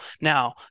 Now